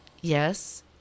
Yes